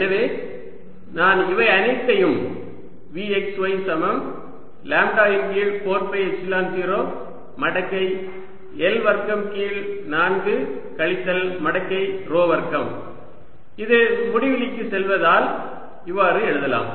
எனவே நான் இவை அனைத்தையும் V x y z சமம் லாம்ப்டா இன் கீழ் 4 பை எப்சிலன் 0 மடக்கை L வர்க்கம் கீழ் 4 கழித்தல் மடக்கை ρ வர்க்கம் இது முடிவிலிக்குச் செல்வதால் இவ்வாறு எழுதலாம்